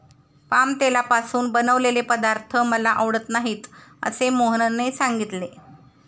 palm तेलापासून बनवलेले पदार्थ मला आवडत नाहीत असे मोहनने सांगितले